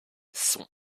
son